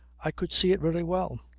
i could see it very well.